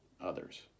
others